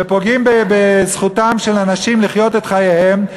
ופוגעים בזכותם של אנשים לחיות את חייהם.